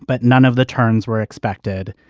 but none of the turns were expected.